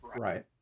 Right